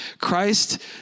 Christ